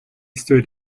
stood